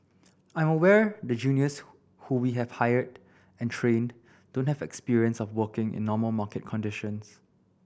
I'm aware the juniors who we have hired and trained don't have experience of working in normal market conditions